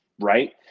right